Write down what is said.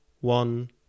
one